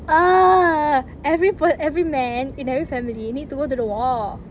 err every per~ every man in every family need to go to the war